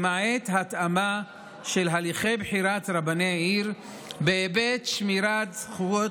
למעט התאמה של הליכי בחירת רבני עיר בהיבט שמירת זכויות